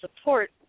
support